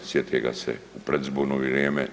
Sjete ga se u predizborno vrijeme.